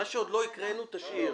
מה שעוד לא הקראנו, תשאיר.